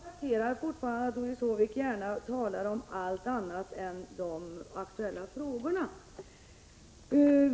Herr talman! Jag konstaterar att Doris Håvik fortfarande talade om allt annat än de aktuella frågorna.